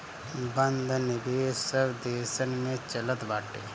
बंध निवेश सब देसन में चलत बाटे